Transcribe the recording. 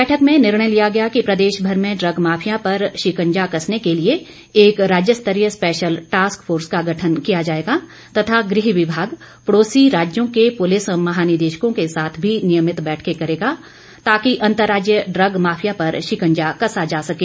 बैठक में निर्णय लिया गया कि प्रदेशमर में ड्रग माफिया पर शिकंजा कसने के लिए एक राज्य स्तरीय स्पैशल टास्क फोर्स का गठन किया जाएगा तथा गृह विभाग पड़ौसी राज्यों के पुलिस महानिदेशकों के साथ भी नियमित बैठकें करेगा ताकि अंतर्राज्यीय ड्रग माफिया पर शिकंजा कसा जा सके